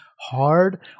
hard